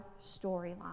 storyline